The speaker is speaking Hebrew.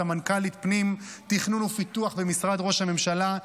סמנכ"לית פנים תכנון ופיתוח במשרד ראש הממשלה,